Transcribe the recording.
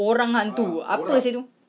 orang hantu apa seh itu